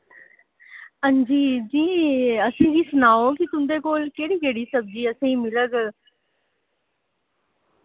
हांजी जी असेंगी सनाओ कि तुंदे कोल केह्ड़ी केह्ड़ी सब्जी असेंई मिलग